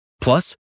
Plus